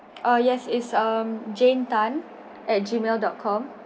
uh yes it is um jane Tan at gmail dot com